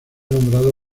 nombrado